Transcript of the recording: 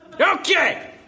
Okay